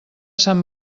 sant